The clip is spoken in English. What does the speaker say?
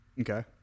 Okay